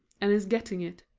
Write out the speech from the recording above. and is getting it.